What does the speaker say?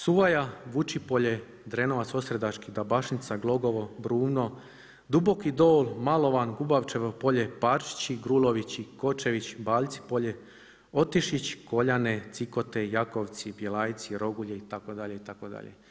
Suvaja, Vuči polje, Drenovac Osredački, Dabašinca, Glogovo, Brunvo, Duboki Dol, Malovan, Gubavčevo polje, Paršići, Grulovići, Kočević, Baljci polje, Otišić, Koljane, Cikote, Jakovci, Bjelajci, Rogulje itd. itd.